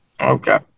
Okay